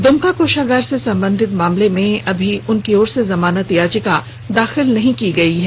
दुमका कोषागार से संबंधित मामले में अभी उनकी ओर से जमानत याचिका नहीं दाखिल की गई है